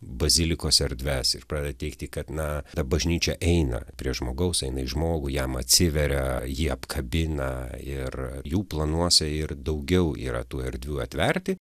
bazilikos erdves ir pradeda teigti kad na ta bažnyčia eina prie žmogaus eina į žmogų jam atsiveria jį apkabina ir jų planuose ir daugiau yra tų erdvių atverti